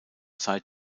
zeit